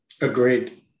Agreed